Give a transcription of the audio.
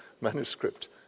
manuscript